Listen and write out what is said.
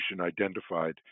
identified